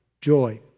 joy